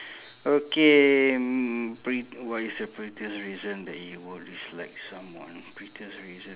okay m~ p~ what is the pettiest reason that you would dislike someone pettiest reason